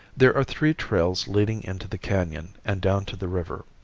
there are three trails leading into the canon and down to the river,